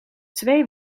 twee